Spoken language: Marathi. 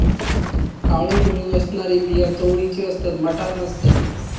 काळो डोळो असणारी बिया चवळीची असतत, मटार नसतत